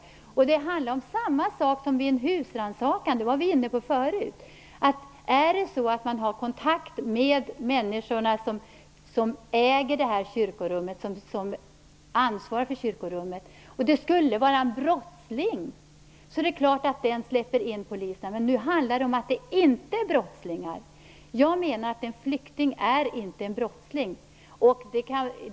Som vi var inne på tidigare handlar det om samma sak som vid en husrannsakan. Har man kontakt med människor som äger eller ansvarar för kyrkorummet inser man att det är klart att de släpper in polisen om en brottsling söker en fristad där. Men nu handlar det inte om brottslingar. Jag menar att en flykting inte är en brottsling.